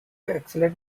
excellent